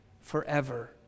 forever